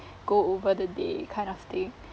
go over the day kind of thing